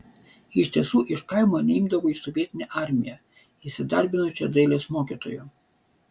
iš tiesų iš kaimo neimdavo į sovietinę armiją įsidarbinau čia dailės mokytoju